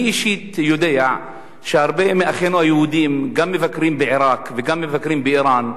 אני אישית יודע שהרבה מאחינו היהודים גם מבקרים בעירק וגם מבקרים באירן,